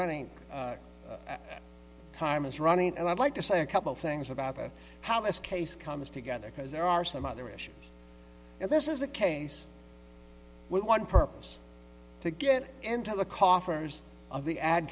running time is running and i'd like to say a couple things about how this case comes together because there are some other issues and this is a case with one purpose to get into the coffers of the ad